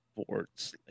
sports